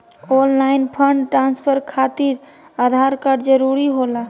Online fund transfer खातिर Aadhaar card जरूरी होला?